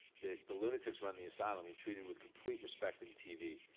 the the lunatics run the asylum. you're treated with complete respect in tv.